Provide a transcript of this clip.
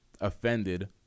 offended